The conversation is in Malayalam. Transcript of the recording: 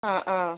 ആ ആ